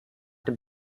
dem